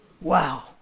Wow